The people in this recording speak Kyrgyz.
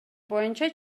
боюнча